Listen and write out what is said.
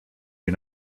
you